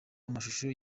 amashusho